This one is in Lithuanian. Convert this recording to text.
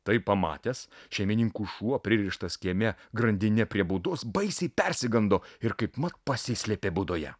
tai pamatęs šeimininkų šuo pririštas kieme grandine prie būdos baisiai persigando ir kaipmat pasislėpė būdoje